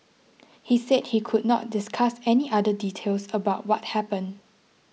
he said he could not discuss any other details about what happened